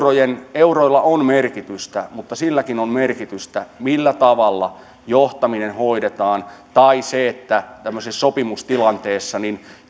euroilla on merkitystä mutta silläkin on merkitystä millä tavalla johtaminen hoidetaan tai se että tämmöisessä sopimustilanteessa